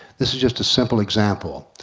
this just a simple example.